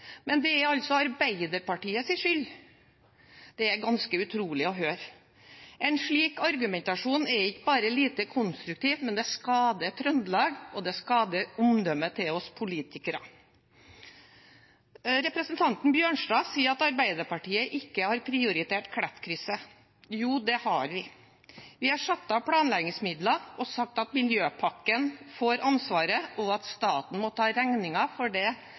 Men det er altså Arbeiderpartiets skyld – det er ganske utrolig å høre. En slik argumentasjon er ikke bare lite konstruktiv. Den skader også Trøndelag, og den skader omdømmet til oss politikere. Representanten Bjørnstad sier at Arbeiderpartiet ikke har prioritert Klettkrysset. Jo, det har vi. Vi har satt av planleggingsmidler og sagt at miljøpakken får ansvaret, og at staten må ta regningen for den utredningen som staten er ansvarlig for. Det